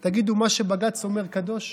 תגידו: מה שבג"ץ אומר קדוש?